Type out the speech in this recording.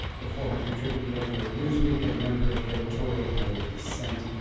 a former contributing editor at newsweek, and a member of the editorial board of dissent.